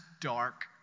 dark